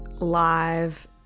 live